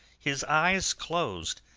his eyes closed,